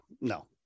no